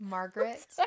Margaret